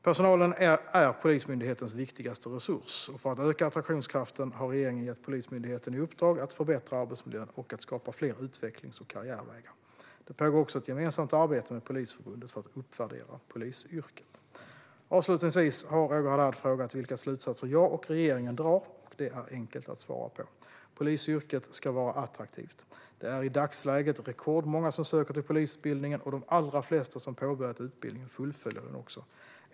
Personalen är Polismyndighetens viktigaste resurs, och för att öka attraktionskraften har regeringen gett Polismyndigheten i uppdrag att förbättra arbetsmiljön och att skapa fler utvecklings och karriärvägar. Det pågår också ett gemensamt arbete med Polisförbundet för att uppvärdera polisyrket. Avslutningsvis har Roger Haddad frågat vilka slutsatser jag och regeringen drar, och det är enkelt att svara på. Polisyrket ska vara attraktivt. Det är i dagsläget rekordmånga som söker till polisutbildningen, och de allra flesta som påbörjat utbildningen fullföljer den också.